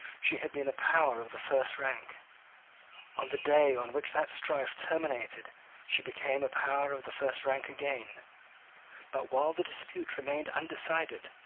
she had been a power of the first rank on the day on which that strife terminated she became a power of the first rank again but while the dispute remained undecided,